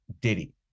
Diddy